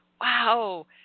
wow